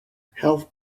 health